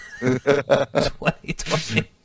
2020